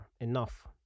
enough